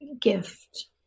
gift